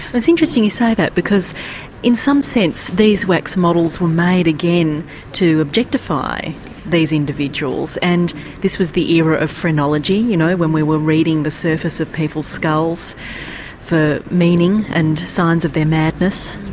it's interesting you say that because in some sense these wax models were made again to objectify these individuals, and this was the era of phrenology, you know, when we were reading the surface of people's skulls for meaning and signs of their madness.